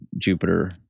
Jupiter